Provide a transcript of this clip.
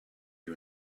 you